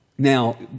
Now